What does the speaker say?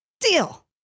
deal